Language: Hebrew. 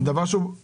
זה דבר פשוט.